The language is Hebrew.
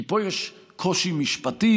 כי פה יש קושי משפטי,